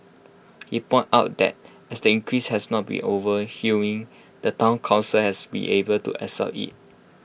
he pointed out that as the increase has not been overwhelming the Town Council has been able to absorb IT